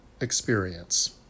experience